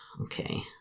Okay